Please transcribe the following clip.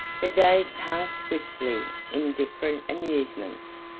the days passed swiftly in different amusements,